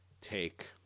Take